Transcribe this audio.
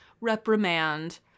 reprimand